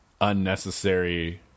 Unnecessary